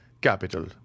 Capital